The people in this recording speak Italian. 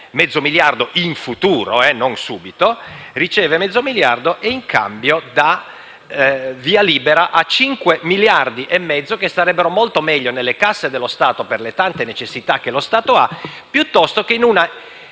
mezzo miliardo - in futuro, non subito - e, in cambio, dà via libera a cinque miliardi e mezzo che starebbero molto meglio nelle casse dello Stato, per le tante necessità che lo Stato ha, piuttosto che in una